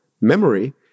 memory